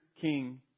King